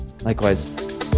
Likewise